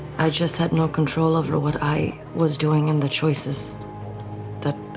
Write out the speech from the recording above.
i just had no control over what i was doing and the choices that,